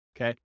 okay